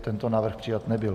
Tento návrh přijat nebyl.